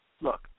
look